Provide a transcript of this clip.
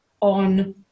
on